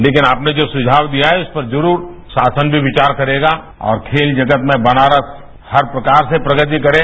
लेकिन आपने जो सुझाव दिया है इसपर जरूर शासन भी विचार करेगा और खेल जगत में बनारस हर प्रकार से प्रगति करे